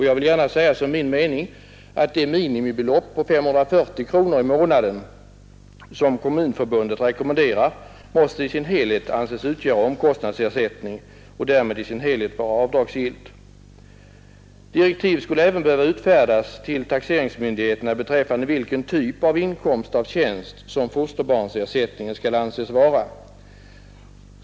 Jag vill säga som min mening, att det minimibelopp om 540 kronor per månad som Kommunförbundet rekommenderat i sin helhet måste anses utgöra omkostnadsersättning och därmed också till fullo måste vara avdragsgillt. Direktiv skulle även behöva utfärdas till taxeringsmyndigheterna beträffande vilken typ av inkomst av tjänst som fosterbarnsersättningen skall anses vara.